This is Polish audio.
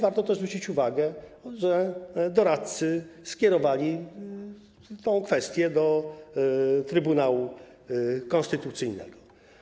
Warto też zwrócić uwagę, że doradcy skierowali tę kwestię do Trybunału Konstytucyjnego.